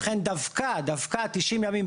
דווקא 90 ימים,